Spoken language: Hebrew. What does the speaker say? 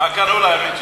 מה קנו להם?